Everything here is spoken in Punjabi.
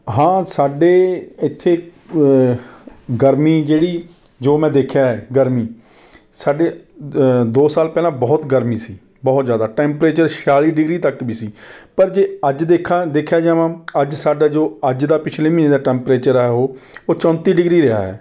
ਹਾਂ ਸਾਡੇ ਇੱਥੇ ਗਰਮੀ ਜਿਹੜੀ ਜੋ ਮੈਂ ਦੇਖਿਆ ਹੈ ਗਰਮੀ ਸਾਡੇ ਦੋ ਸਾਲ ਪਹਿਲਾਂ ਬਹੁਤ ਗਰਮੀ ਸੀ ਬਹੁਤ ਜ਼ਿਆਦਾ ਟੈਪਰੇਚਰ ਛਿਆਲੀ ਡਿਗਰੀ ਤੱਕ ਵੀ ਸੀ ਪਰ ਜੇ ਅੱਜ ਦੇਖਾਂ ਦੇਖਿਆਂ ਜਾਵਾਂ ਅੱਜ ਸਾਡਾ ਜੋ ਅੱਜ ਦਾ ਪਿਛਲੇ ਮਹੀਨੇ ਦਾ ਟੈਪਰੇਚਰ ਆ ਉਹ ਚੌਂਤੀ ਡਿਗਰੀ ਰਿਹਾ ਹੈ